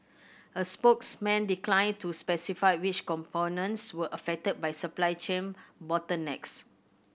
a spokesman declined to specify which components were affected by supply chain bottlenecks